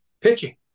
pitching